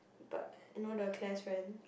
but you know the claire's friend